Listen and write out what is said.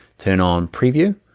turn on preview,